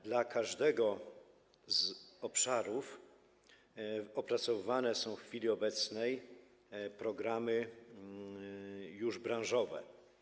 Dla każdego z obszarów opracowywane są w chwili obecnej już programy branżowe.